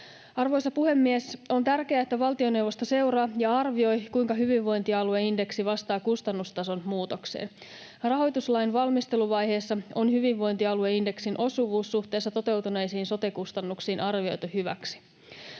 Arvoisa puhemies! On tärkeää, että valtioneuvosto seuraa ja arvioi, kuinka hyvinvointialueindeksi vastaa kustannustason muutokseen. Rahoituslain valmisteluvaiheessa on hyvinvointialueindeksin osuvuus suhteessa toteutuneisiin sote-kustannuksiin arvioitu hyväksi.